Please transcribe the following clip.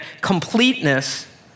completeness